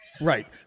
Right